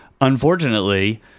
Unfortunately